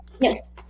Yes